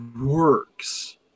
works